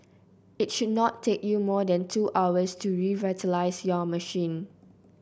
it should not take you more than two hours to revitalise your machine